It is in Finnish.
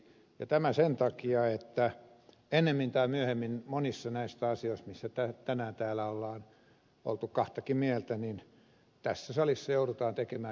tämä sen takia että ennemmin tai myöhemmin monissa näistä asioista joista tänään täällä on oltu kahtakin mieltä tässä salissa joudutaan tekemään jonkinlainen päätös